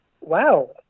wow